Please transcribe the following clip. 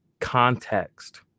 context